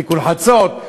תיקון חצות,